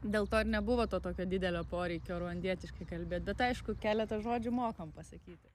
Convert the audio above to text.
dėl to ir nebuvo to tokio didelio poreikio ruandietiškai kalbėt bet aišku keletą žodžių mokam pasakyti